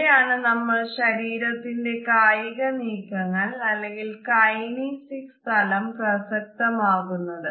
ഇവിടെ ആണ് നമ്മുടെ ശരീരത്തിന്റെ കായിക നീക്കങ്ങൾ കനീസിക്സ് തലം പ്രസക്തമാകുന്നത്